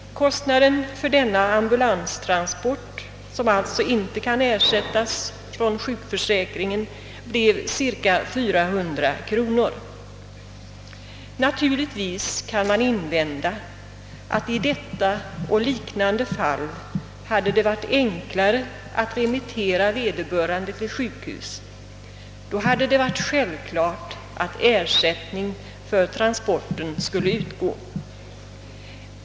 Kostnaden för denna ambulanstransport — som alltså inte kan ersättas från sjukförsäkringen — blev cirka 400 kronor. Naturligtvis kan man invända att det 1 detta och liknande fall skulle varit enklare att remittera vederbörande till sjukhus — då hade det varit självklart att ersättning för transporten skulle utgå.